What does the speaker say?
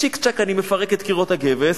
צ'יק-צ'ק אני מפרק את קירות הגבס,